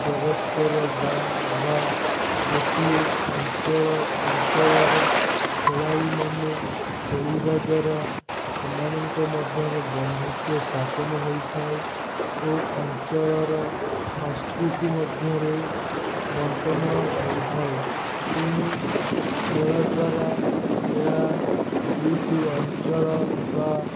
ପରସ୍ପର ଗାଁ ବା ଗୋଟିଏ ଅଞ୍ଚଳ ଅଞ୍ଚଳର ଖେଳାଳିମାନେ ଖେଳିବା ଦ୍ୱାରା ସେମାନଙ୍କ ମଧ୍ୟରେ ବନ୍ଧୁତ୍ୱ ସ୍ଥାପନ ହୋଇଥାଏ ଓ ଅଞ୍ଚଳର ସଂସ୍କୃତି ମଧ୍ୟରେ ବଣ୍ଟନ ହୋଇଥାଏ ତେଣୁ ଖେଳ ଦ୍ୱାରା ଏହା ଦୁଇଟି ଅଞ୍ଚଳ ବା